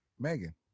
Megan